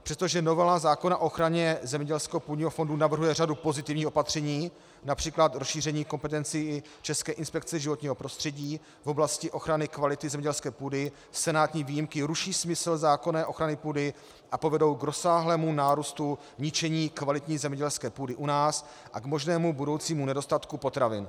Přestože novela zákona o ochraně zemědělského půdního fondu navrhuje řadu pozitivních opatření, např. rozšíření kompetencí České inspekce životního prostředí v oblasti ochrany kvality zemědělské půdy, senátní výjimky ruší smysl zákonné ochrany půdy a povedou k rozsáhlému nárůstu ničení kvalitní zemědělské půdy u nás a k možnému budoucímu nedostatku potravin.